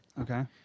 okay